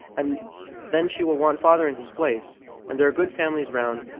and then she will want father in his place and there are good families round,